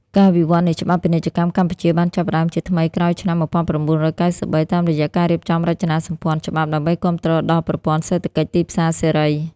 ការវិវត្តនៃច្បាប់ពាណិជ្ជកម្មកម្ពុជាបានចាប់ផ្ដើមជាថ្មីក្រោយឆ្នាំ ១៩៩៣ តាមរយៈការរៀបចំរចនាសម្ព័ន្ធច្បាប់ ដើម្បីគាំទ្រដល់ប្រព័ន្ធសេដ្ឋកិច្ចទីផ្សារសេរី។